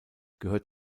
gehört